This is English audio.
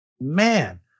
Man